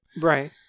Right